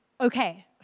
okay